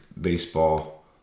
Baseball